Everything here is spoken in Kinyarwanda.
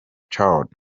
child